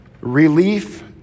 relief